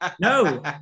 no